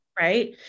right